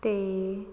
'ਤੇ